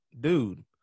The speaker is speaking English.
dude